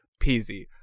peasy